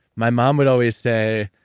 my mom would always say,